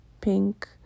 pink